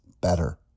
better